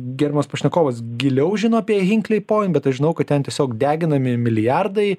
gerbiamas pašnekovas giliau žino apie hinkley point bet aš žinau kad ten tiesiog deginami milijardai